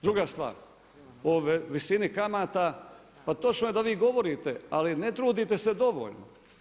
Druga stvar, o visini kamata, pa točno je da vi govorite, ali ne trudite se dovoljno.